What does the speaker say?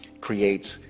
creates